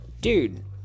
Dude